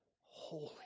holy